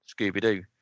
Scooby-Doo